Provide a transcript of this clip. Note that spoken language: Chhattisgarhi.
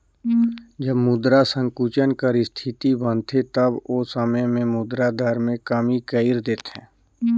जब मुद्रा संकुचन कर इस्थिति बनथे तब ओ समे में मुद्रा दर में कमी कइर देथे